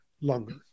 longer